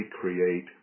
create